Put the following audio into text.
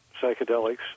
psychedelics